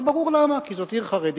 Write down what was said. זה ברור למה, כי זו עיר חרדית,